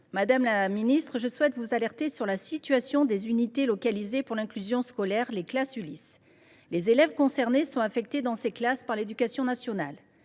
madame la ministre, je souhaite vous alerter sur les unités localisées pour l’inclusion scolaire (Ulis). Les élèves concernés sont affectés dans ces classes par l’éducation nationale.